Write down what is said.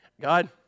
God